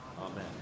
Amen